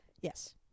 Yes